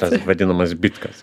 tas vadinamas zbitkas